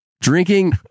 drinking